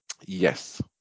yes